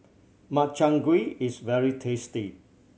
Makchang Gui is very tasty